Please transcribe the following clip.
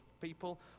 people